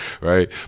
right